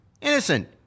innocent